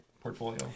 portfolio